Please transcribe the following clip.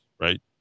right